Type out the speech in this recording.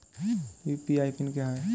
UPI pin क्या है?